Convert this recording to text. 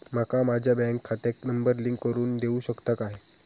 माका माझ्या बँक खात्याक नंबर लिंक करून देऊ शकता काय?